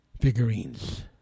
figurines